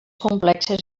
complexes